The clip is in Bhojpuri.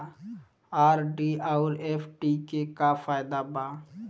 आर.डी आउर एफ.डी के का फायदा बा?